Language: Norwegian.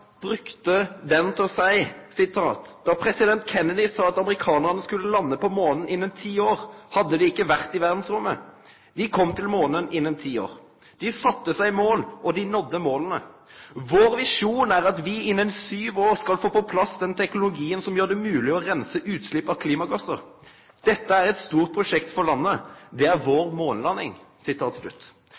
president Kennedy sa at amerikanerne skulle lande på månen innen 10 år, hadde ikke amerikanerne vært ute i verdensrommet. De kom til månen innen 10 år. De satte seg mål, og de nådde målene. Vår visjon er at vi innen 7 år skal få på plass den teknologien som gjør det mulig å rense utslipp av klimagasser. Dette er et stort prosjekt for landet. Det er vår månelanding.»